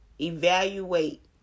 Evaluate